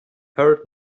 hurt